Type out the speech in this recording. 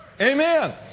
Amen